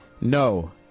No